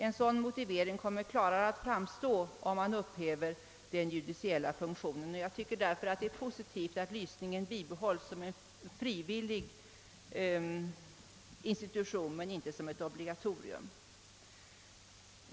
En sådan motivering kommer att framstå klarare om man upphäver den judiciella funktionen, och jag tycker därför det är positivt att lysningen bibehålls som en frivillig institution men inte som ett obligatorium.